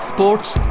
Sports